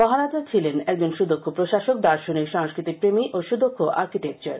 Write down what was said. মহারাজা ছিলেন একজন সুদক্ষ প্রশাসক দার্শনিক সংস্কৃতিপ্রেমী ও সুদক্ষ আর্কিট্রেকচার